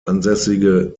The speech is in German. ansässige